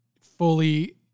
fully